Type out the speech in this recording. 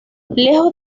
lejos